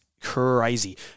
crazy